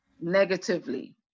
negatively